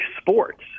sports